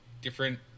different